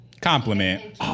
Compliment